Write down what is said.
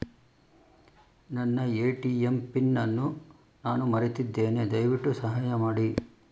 ನನ್ನ ATM pin ಅನ್ನು ನಾನು ಮರೆತಿದ್ದೇನೆ, ದಯವಿಟ್ಟು ಸಹಾಯ ಮಾಡಿ